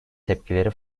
tepkileri